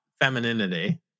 femininity